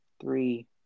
three